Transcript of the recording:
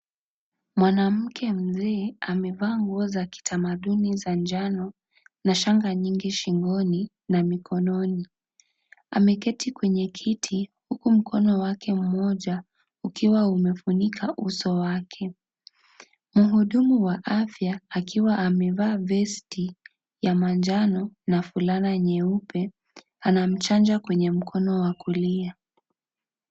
Mwanamke mzee amevaa nguo za kitamaduni za njano na shanga nyingi shingoni na mikononi . Ameketi kwenye kiti huku mkono wake mmoja ukiwa umefunika uso wake . Mhudumu wa afya akiwa amevaa vesti ya manjano na fulana nyeupe anamchanja kwenye mkono wa kulia .